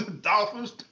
dolphins